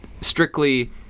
strictly